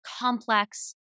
complex